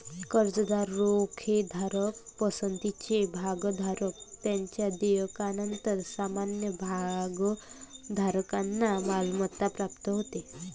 कर्जदार, रोखेधारक, पसंतीचे भागधारक यांच्या देयकानंतर सामान्य भागधारकांना मालमत्ता प्राप्त होते